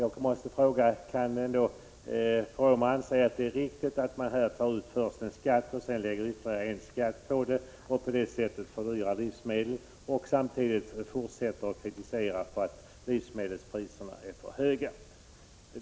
Anser Bruno Poromaa att det är riktigt att man först tar ut en skatt och sedan lägger ytterligare en skatt på denna och på det sättet fördyrar livsmedlen, samtidigt som man framför kritik mot att livsmedelspriserna är för höga?